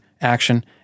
action